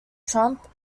trump